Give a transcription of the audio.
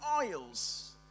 oils